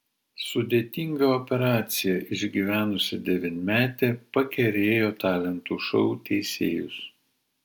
sudėtingą operaciją išgyvenusi devynmetė pakerėjo talentų šou teisėjus